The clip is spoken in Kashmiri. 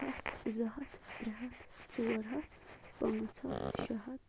ہتھ زٕ ہتھ ترےٚ ہتھ ژور ہتھ پانٛژ ہتھ شےٚ ہتھ